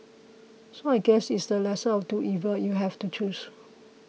so I guess it's the lesser of two evils if you have to choose